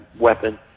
weapon